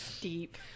deep